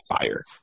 fire